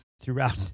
throughout